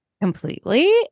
completely